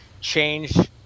change